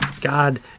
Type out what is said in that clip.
God